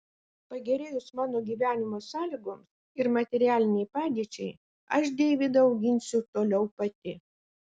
pagerėjus mano gyvenimo sąlygoms ir materialinei padėčiai aš deivydą auginsiu toliau pati